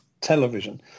television